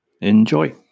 Enjoy